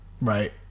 Right